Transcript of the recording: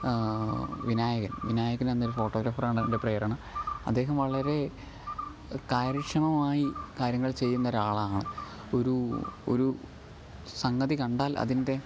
വിനായകൻ വിനായകനെന്ന ഒരു ഫോട്ടോഗ്രാഫറാണ് എൻ്റെ പ്രേരണ അദ്ദേഹം വളരെ കാര്യക്ഷമമായി കാര്യങ്ങൾ ചെയ്യുന്ന ഒരാളാണ് ഒരു ഒരു സംഗതി കണ്ടാൽ അതിൻ്റെ